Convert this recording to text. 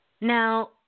Now